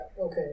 okay